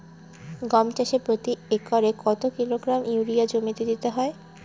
গম চাষে প্রতি একরে কত কিলোগ্রাম ইউরিয়া জমিতে দিতে হয়?